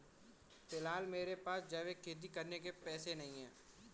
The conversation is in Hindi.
फिलहाल मेरे पास जैविक खेती करने के पैसे नहीं हैं